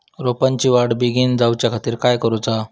रोपाची वाढ बिगीन जाऊच्या खातीर काय करुचा?